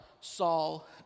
Saul